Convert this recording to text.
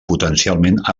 potencialment